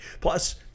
Plus